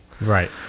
Right